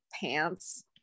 pants